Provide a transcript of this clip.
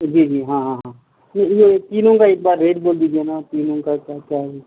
جی جی ہاں ہاں ہاں یہ یہ تینوں کا ایک بار ریٹ بول دیجیے نا تینوں کا کیا کیا ہے